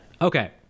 Okay